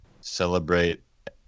celebrate